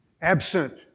Absent